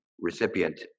recipient